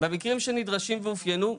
במקרים שנדרשים ואופיינו,